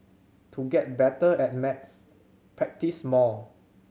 to get better at maths practise more